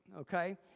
okay